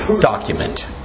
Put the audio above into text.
document